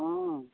অঁ